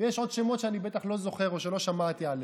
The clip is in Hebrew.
יש עוד שמות שאני בטח לא זוכר או שלא שמעתי עליהם.